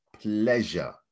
pleasure